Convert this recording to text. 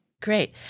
Great